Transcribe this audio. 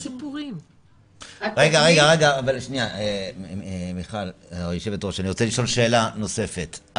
אני רוצה לשאול שאלה נוספת,